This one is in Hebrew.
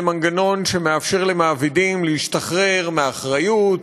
מנגנון שמאפשר למעבידים להשתחרר מאחריות,